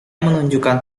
menunjukkan